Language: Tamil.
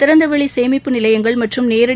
திறந்தவெளி சேமிப்பு நிலையங்கள் மற்றும் நேரடி